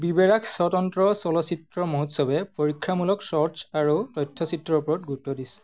বিবেৰাখ স্বতন্ত্ৰ চলচ্চিত্ৰ মহোৎসৱে পৰীক্ষামূলক শ্বৰ্টছ আৰু তথ্যচিত্ৰৰ ওপৰত গুৰুত্ব দিছে